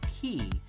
key